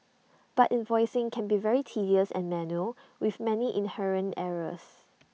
but invoicing can be very tedious and manual with many inherent errors